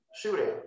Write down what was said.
shooting